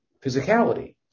physicality